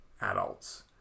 adults